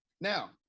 Now